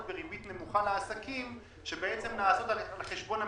וריבית נמוכה לעסקים שבעצם נעשות על חשבון המדינה,